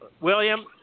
william